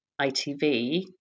ITV